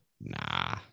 nah